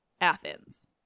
Athens